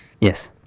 Yes